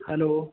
hello